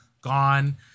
gone